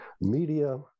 media